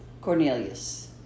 Cornelius